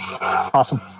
Awesome